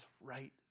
right